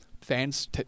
Fans